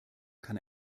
kann